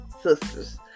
sisters